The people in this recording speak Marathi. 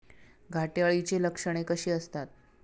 घाटे अळीची लक्षणे कशी असतात?